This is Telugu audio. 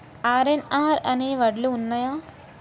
ఆర్.ఎన్.ఆర్ అనే వడ్లు ఉన్నయా?